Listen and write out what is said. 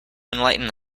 enlighten